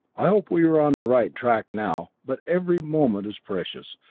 i hope we are on the right track now, but every moment is precious,